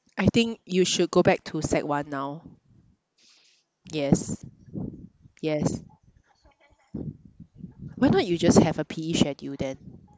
I think you should go back to sec one now yes yes why not you just have a P_E schedule then